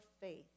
faith